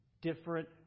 different